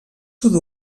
sud